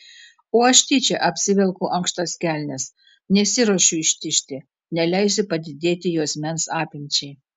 o aš tyčia apsivelku ankštas kelnes nesiruošiu ištižti neleisiu padidėti juosmens apimčiai